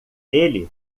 ele